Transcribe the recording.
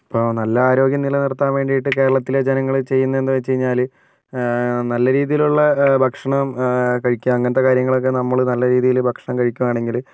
ഇപ്പോൾ നല്ല ആരോഗ്യം നിലനിർത്താൻ വേണ്ടിയിട്ട് കേരളത്തിലെ ജനങ്ങള് ചെയ്യുന്നത് എന്താന്ന് വെച്ച് കഴിഞ്ഞാല് നല്ല രീതിയിലുള്ള ഭക്ഷണം കഴിക്കുക അങ്ങനത്തെ കാര്യങ്ങളൊക്കെ നമ്മള് നല്ല രീതിയിൽ ഭക്ഷണം കഴിക്കുവാണെങ്കില്